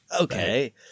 okay